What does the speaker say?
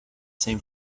same